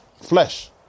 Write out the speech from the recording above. flesh